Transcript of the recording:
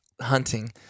hunting